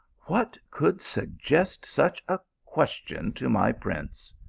what could suggest such a question to my prince?